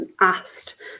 asked